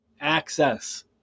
access